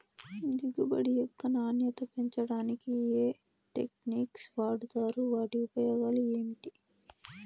దిగుబడి యొక్క నాణ్యత పెంచడానికి ఏ టెక్నిక్స్ వాడుతారు వాటి ఉపయోగాలు ఏమిటి?